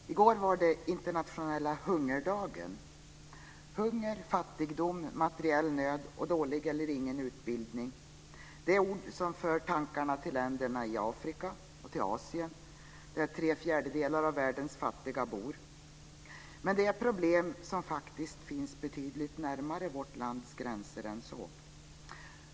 Fru talman! I går var det Internationella hungerdagen. Hunger, fattigdom, materiell nöd och dålig eller ingen utbildning - det är ord som för tankarna till länderna i Afrika och Asien, där tre fjärdedelar av världens fattiga bor. Men det är problem som faktiskt finns betydligt närmare vårt lands gränser än så.